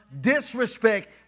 disrespect